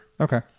okay